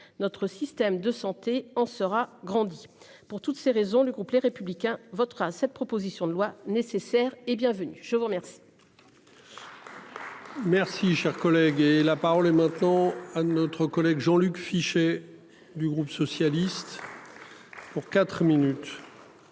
Notre système de santé en sera grandit pour toutes ces raisons, le groupe Les Républicains votera cette proposition de loi nécessaire et bienvenu. Je vous remercie. Merci cher collègue et la parole est maintenant à notre collègue Jean-Luc Fichet, du groupe socialiste. Pour 4 minutes.